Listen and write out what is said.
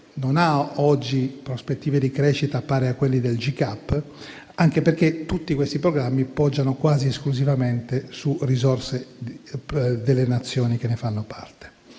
non ha prospettive di crescita pari a quelle del GCAP, anche perché tutti questi programmi poggiano quasi esclusivamente su risorse delle Nazioni che ne fanno parte.